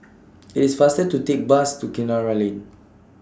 IT IS faster to Take Bus to Kinara Lane